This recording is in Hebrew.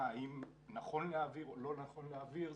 האם נכון להעביר או לא נכון להעביר,